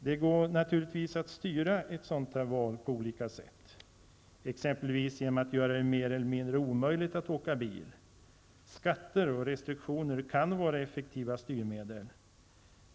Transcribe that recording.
Det går naturligtvis att styra ett sådant val på olika sätt, exempelvis genom att göra det mer eller mindre omöjligt att åka bil. Skatter och restriktioner kan vara effektiva styrmedel.